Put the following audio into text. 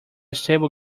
stable